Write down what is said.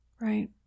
Right